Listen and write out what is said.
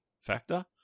factor